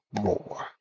more